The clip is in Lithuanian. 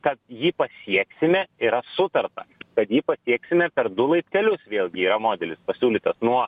kad jį pasieksime yra sutarta kad jį pasieksime per du laiptelius vėl gi yra modelis pasiūlytas nuo